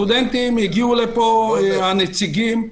הגיעו לפה הנציגים,